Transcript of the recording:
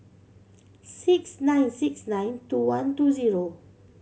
six nine six nine two one two zero